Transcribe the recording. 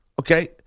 okay